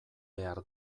behar